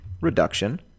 reduction